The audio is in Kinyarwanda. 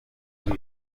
kuri